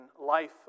life